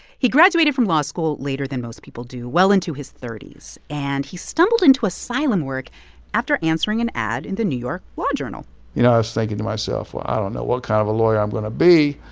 he graduated from law school later than most people do well into his thirty s. and he stumbled into asylum work after answering an ad in the new york law journal you know, i was thinking to myself, well, i don't know what kind of a lawyer i'm going to be,